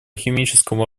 химическому